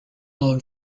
known